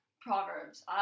proverbs